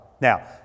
Now